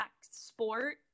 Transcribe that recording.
sport